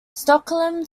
stockholm